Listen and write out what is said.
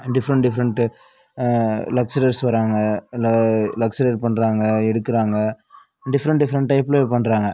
different different lecturers வர்றாங்க ல lecturer பண்ணுறாங்க எடுக்கிறாங்க டிஃப்ரண்ட் டிஃப்ரண்ட் டைப்லேயே பண்ணுறாங்க